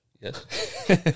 Yes